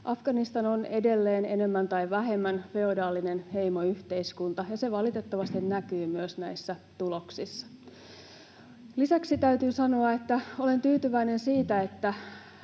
Afganistan on edelleen enemmän tai vähemmän feodaalinen heimoyhteiskunta, ja se valitettavasti näkyy myös näissä tuloksissa. Lisäksi täytyy sanoa, että olen tyytyväinen siihen, että